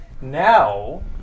Now